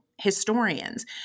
historians